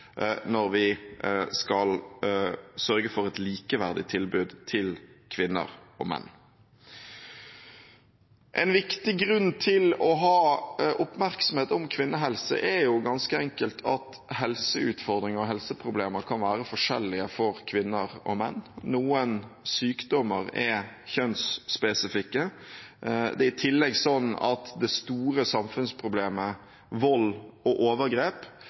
når vi skal sørge for et likeverdig tilbud til kvinner og menn. En viktig grunn til å ha oppmerksomhet om kvinnehelse er ganske enkelt at helseutfordringer og helseproblemer kan være forskjellige for kvinner og menn. Noen sykdommer er kjønnsspesifikke. Det er i tillegg slik at det store samfunnsproblemet vold og overgrep